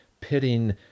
pitting